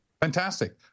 fantastic